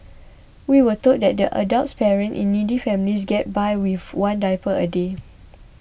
we were told that the adult patients in needy families get by with one diaper a day